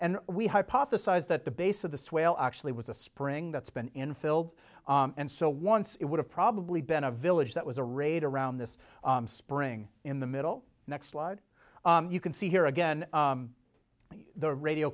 and we hypothesize that the base of the swell actually was a spring that's been infill and so once it would have probably been a village that was a raid around this spring in the middle next slide you can see here again the